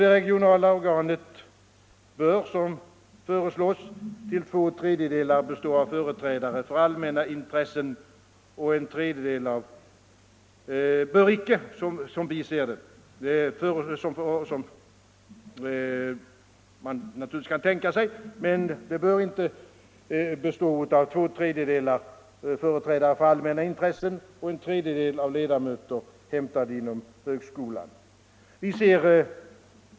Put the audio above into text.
Det regionala organet bör enligt vår mening inte till två tredjedelar bestå av företrädare för allmänna intressen och till en tredjedel av ledamöter hämtade inom högskolan.